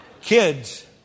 Kids